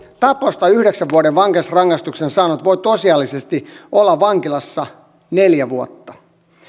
taposta yhdeksän vuoden vankeusrangaistuksen saanut voi tosiasiallisesti olla vankilassa neljä vuotta